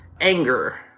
anger